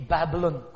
Babylon